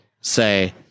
say